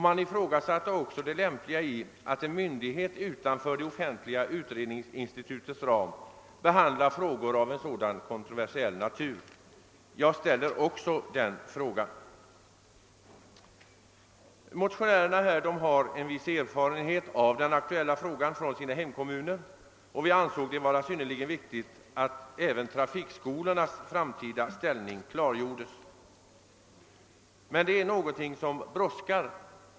Man ifrågasatte det lämpliga i att en myndighet utanför det offentliga utredningsinstitutets ram behandlar spörsmål av så kontroversiell natur. Det gör jag också. Men jag tycker ändå att man skulle kunna pröva ett av trafiksäkerhetsverket framlagt utredningsresultat om samhällets engagemang i trafikskolorna. Motionärerna har från sina hemkommuner en viss erfarenhet av den aktuella frågan, och vi ansåg det vara synnerligen viktigt att även trafikskolornas framtida ställning klargjordes. Men detta är någonting som brådskar.